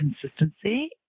consistency